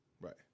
right